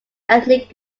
ethnic